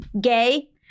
gay